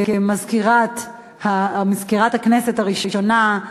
מזכירת הכנסת הראשונה,